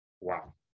wow